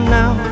now